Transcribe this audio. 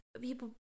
People